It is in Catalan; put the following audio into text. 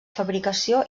fabricació